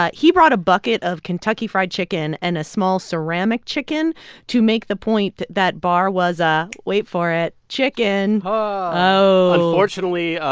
ah he brought a bucket of kentucky fried chicken and a small ceramic chicken to make the point that barr was a wait for it chicken. oh unfortunately,